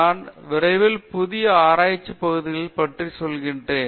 நான் விரைவில் புதிய ஆராய்ச்சி பகுதிகளில் பற்றி சொல்கிறேன்